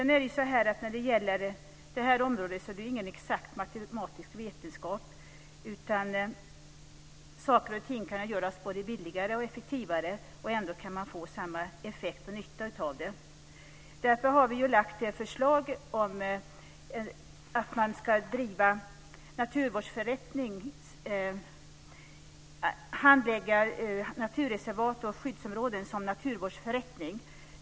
När det gäller det här området är det inte fråga om någon exakt matematisk vetenskap, utan saker och ting kan göras både billigare och effektivare, och ändå kan man få samma effekt och nytta av det. Därför har vi lagt fram förslaget att man ska handlägga naturreservat och skyddsområden som naturvårdsförrättning.